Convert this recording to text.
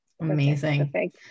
Amazing